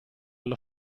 allo